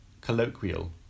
Colloquial